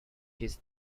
his